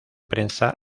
prensa